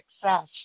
success